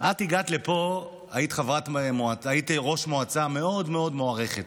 את הגעת לפה, היית ראש מועצה מאוד מאוד מוערכת.